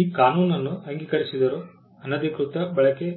ಈ ಕಾನೂನನ್ನು ಅಂಗೀಕರಿಸಿದರೂ ಅನಧಿಕೃತ ಬಳಕೆ